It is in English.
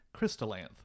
Crystallanth